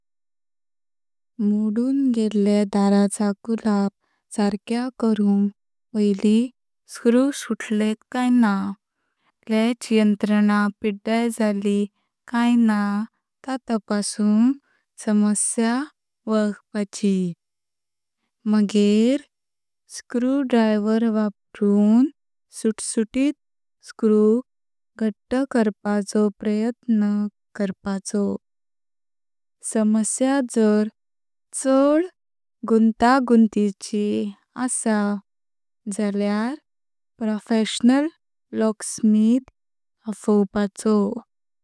मोदुन गेल्ल्या दराचा कुलाप सर्क्या करण्क पईलि स्क्रू सुतलेंत कय ना, लॅच यंत्रणा पिड्यार जाली कय ना त तपासप। समस्या वलखपाची, मगेरे स्क्रूड्रायव्हर वाप्रुन सुत्सुतित स्क्रू घट्ट करपाचो प्रयत्न करपाचो। समस्या जार चड गुंतागुंतिची आस जाल्यार प्रोफेशनल लॉक स्मिथ आफवपाचो।